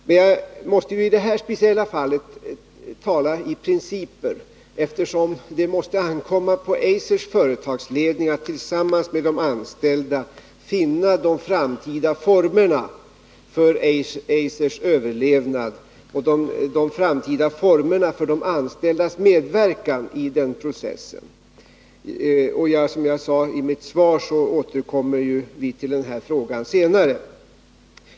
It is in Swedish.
Men jag måste i detta speciella fall tala i principer, eftersom det måste ankomma på Eisers företagsledning att tillsammans med de anställda finna de framtida formerna för Eisers överlevnad och de framtida formerna för de anställdas medverkan i denna process. Som jag sade i mitt svar återkommer jag till denna fråga senare.